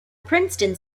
princeton